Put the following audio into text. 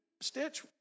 Stitch